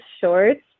shorts